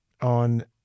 on